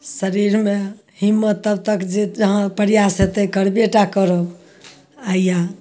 शरीरमे हिम्मत तब तक जे जहाँ प्रयास हेतइ करबे टा करब अइ या